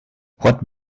what